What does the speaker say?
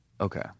Okay